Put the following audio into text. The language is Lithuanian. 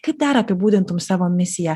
kaip dar apibūdintum savo misiją